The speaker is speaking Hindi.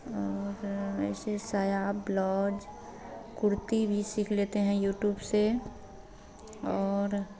और ऐसे साया ब्लौज कुर्ती भी सीख लेते हैं यूटूब से और